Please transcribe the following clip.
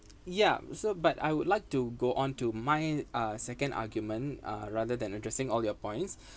yeah so but I would like to go onto my uh second argument uh rather than addressing all your points